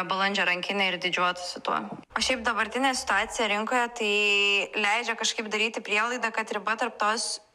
balandžio rankinę ir didžiuotųsi tuo o šiaip dabartinė situacija rinkoje tai leidžia kažkaip daryti prielaidą kad riba tarp tos